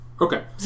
Okay